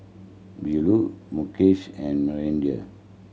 Bellur Mukesh and Manindra